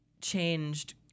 changed